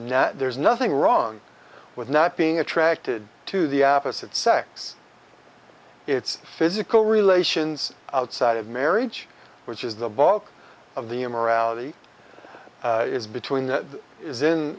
now there's nothing wrong with not being attracted to the opposite sex it's physical relations outside of marriage which is the bulk of the immorality is between